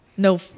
No